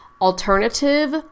alternative